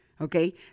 Okay